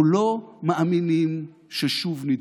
אנחנו לא מאמינים ששוב נדפקנו.